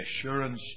assurance